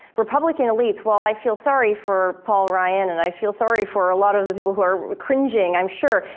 republican elites, while i feel sorry for paul ryan and i feel sorry for a lot of the people who are cringing i'm sure.